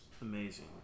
amazing